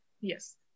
Yes